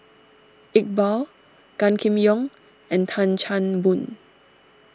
Iqbal Gan Kim Yong and Tan Chan Boon